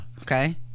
Okay